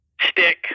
Stick